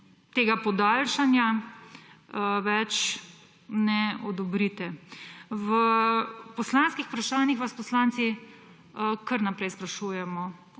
tega podaljšanja več ne odobrite. V poslanskih vprašanjih vas poslanci kar naprej sprašujemo